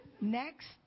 Next